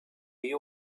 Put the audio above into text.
you